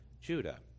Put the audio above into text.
Judah